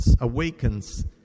awakens